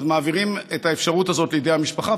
מעבירים את האפשרות הזאת לידי המשפחה,